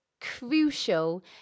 crucial